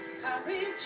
courage